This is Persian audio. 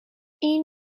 این